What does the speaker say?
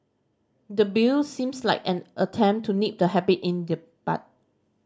the Bill seems like an attempt to nip the habit in the bud